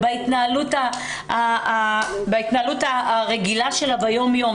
בהתנהלות הרגילה שלה ביום יום,